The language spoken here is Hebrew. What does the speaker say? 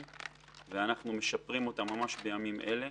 ואנחנו משפרים אותם ממש בימים אלה.